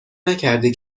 نکردی